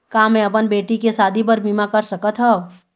का मैं अपन बेटी के शादी बर बीमा कर सकत हव?